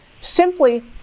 simply